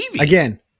again